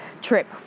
trip